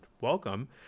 welcome